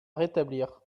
rétablir